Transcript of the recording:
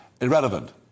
irrelevant